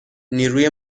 نیروی